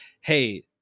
Hey